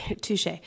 Touche